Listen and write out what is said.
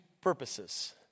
purposes